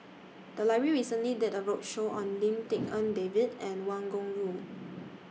The Library recently did A roadshow on Lim Tik En David and Wang Gungwu